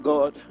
God